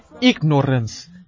ignorance